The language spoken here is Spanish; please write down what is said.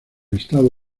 estado